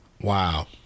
Wow